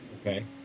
Okay